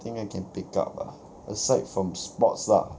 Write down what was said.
thing I can pick up ah aside from sports lah